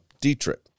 Dietrich